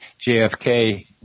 JFK